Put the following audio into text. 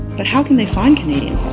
but how can they find canadian